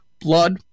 blood